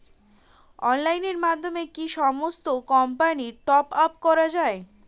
অনলাইনের মাধ্যমে কি সমস্ত কোম্পানির টপ আপ করা যায়?